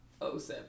07